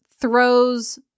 throws